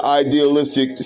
idealistic